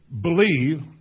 believe